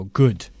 good